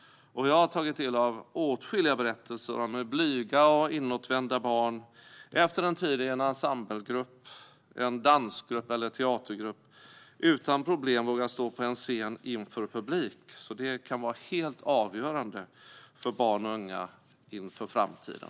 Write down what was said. Jag har tagit del av åtskilliga berättelser om hur blyga och inåtvända barn efter en tid i en ensemblegrupp, en dansgrupp eller en teatergrupp utan problem vågar stå på en scen inför publik. Det kan vara helt avgörande för barn och unga inför framtiden.